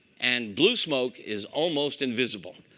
and blue smoke is almost invisible.